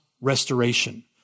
restoration